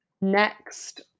next